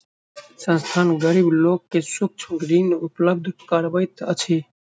संस्थान, गरीब लोक के सूक्ष्म ऋण उपलब्ध करबैत अछि